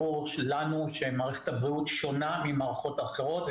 ברור לנו שמערכת הבריאות שונה ממערכות אחרות,